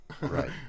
right